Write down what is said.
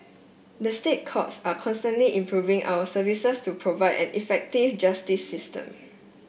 the State Courts are constantly improving our services to provide an effective justice system